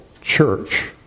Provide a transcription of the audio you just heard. church